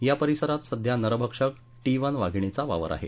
या परिसरात सध्या नरभक्षक टी वन वाघिणीचा वावर आहे